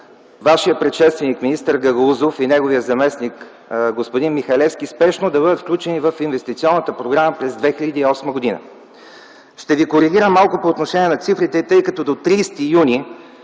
Вашия предшественик министър Гагаузов и неговият заместник – господин Михалевски, спешно да бъдат включени в инвестиционната програма през 2008 г. Ще Ви коригирам малко по отношение на цифрите – до 30 юни